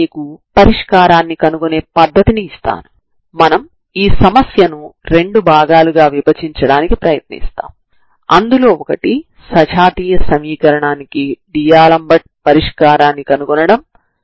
కాబట్టి మనం వాస్తవానికి బెస్సెల్స్ సమీకరణాన్ని తీసుకువస్తాము దీనిని మీరు మునుపటి వీడియోలో నేర్చుకున్నారు సరేనా